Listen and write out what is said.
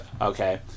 Okay